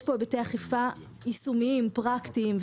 יש פה היבטי אכיפה יישומיים, פרקטיים.